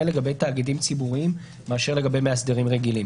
לגבי תאגידים ציבוריים מאשר לגבי מאסדרים רגילים